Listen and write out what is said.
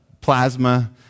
plasma